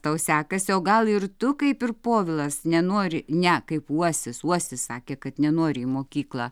tau sekasi o gal ir tu kaip ir povilas nenori ne kaip uosis uosis sakė kad nenori į mokyklą